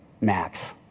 Max